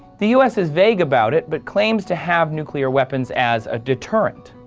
the u s. is vague about it but claims to have nuclear weapons as a deterrent.